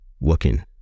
working